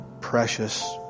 precious